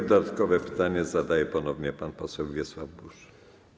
Dodatkowe pytanie zadaje ponownie pan poseł Wiesław Buż.